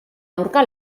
aurka